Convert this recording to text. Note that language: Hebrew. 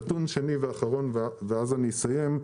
נתון שני ואחרון, ואז אני אסיים.